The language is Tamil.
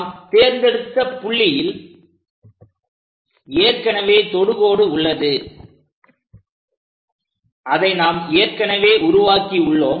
நாம் தேர்ந்தெடுத்த புள்ளியில் ஏற்கனவே தொடுகோடு உள்ளது அதை நாம் ஏற்கனவே உருவாக்கி உள்ளோம்